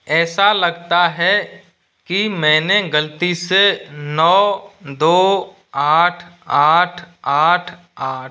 ऐसा लगता है कि मैंने गलती से नौ दो आठ आठ आठ आठ